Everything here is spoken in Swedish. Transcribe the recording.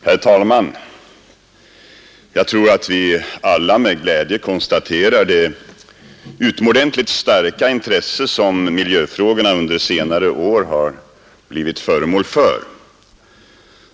Herr talman! Jag tror att vi alla med glädje konstaterar det utomordentligt starka intresse som miljöfrågorna under senare år har blivit föremål för.